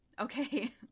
Okay